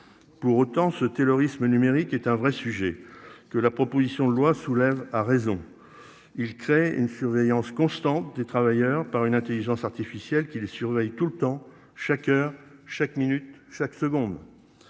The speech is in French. Pour autant ce taylorisme numérique est un vrai sujet que la proposition de loi soulève a raison. Il crée une surveillance constante des travailleurs par une Intelligence artificielle qui les surveille tout le temps chaque heure chaque minute, chaque seconde.